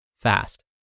fast